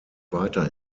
weiter